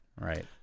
right